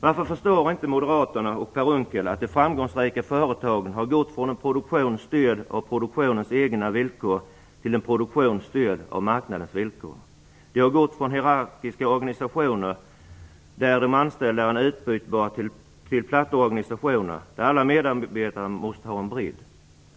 Varför förstår inte Moderaterna och Per Unckel att de framgångsrika företagen har gått från en produktion styrd av produktionens egna villkor till en produktion styrd av marknadens villkor? De har gått från hierarkiska organisationer, där de anställda är utbytbara, till platta organisationer, där alla medarbetare måste ha en bredd.